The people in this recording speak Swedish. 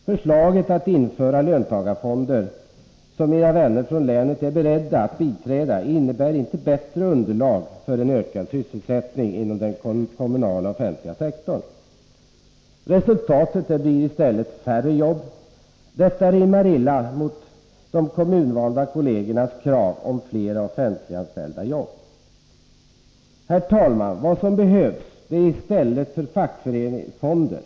Förslaget att införa löntagarfonder, som mina vänner från länet är beredda att biträda, innebär inte bättre underlag för en ökad sysselsättning inom den kommunala och offentliga sektorn. Resultatet blir i stället färre jobb. Detta rimmar illa med de kommunvalda kollegernas krav på fler offentliga jobb. Herr talman! Vad som behövs är inte fackföreningsfonder.